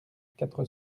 quatre